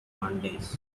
mondays